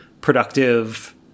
productive